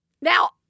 Now